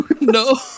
No